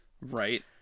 Right